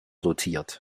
dotiert